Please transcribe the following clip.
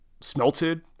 smelted